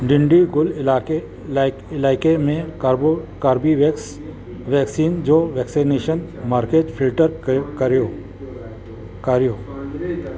डिंडीगुल इलाइक़े इला इलाइक़े में कार्बो कोर्बीवेक्स वैक्सीन जो वैक्सिनेशन मर्कज़ फिल्टर कर कयो कयो